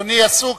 אדוני עסוק,